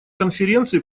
конференции